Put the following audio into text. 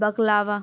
baklava